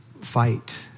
fight